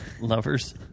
Lovers